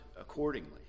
accordingly